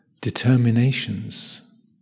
determinations